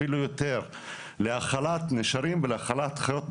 אפילו יותר, להאכלת נשרים ולהאכלת חיות בר.